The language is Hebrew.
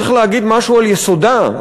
צריך להגיד משהו על יסודה,